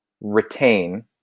retain